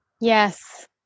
Yes